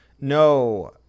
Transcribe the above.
No